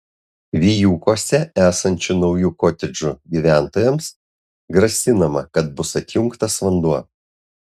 vijūkuose esančių naujų kotedžų gyventojams grasinama kad bus atjungtas vanduo